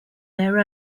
their